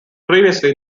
previously